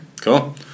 Cool